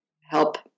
help